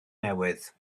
newydd